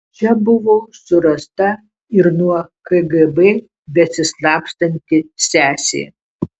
čia buvo surasta ir nuo kgb besislapstanti sesė